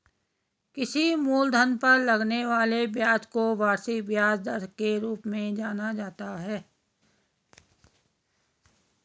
किसी मूलधन पर लगने वाले ब्याज को वार्षिक ब्याज दर के रूप में जाना जाता है